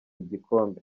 igikombe